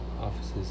offices